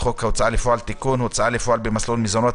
חוק ההוצאה לפועל (תיקון - הוצאה לפועל במסלול מזונות),